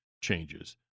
changes